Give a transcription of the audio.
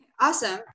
Awesome